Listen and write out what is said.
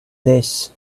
this